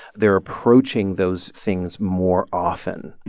they're approaching those things more often